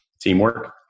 teamwork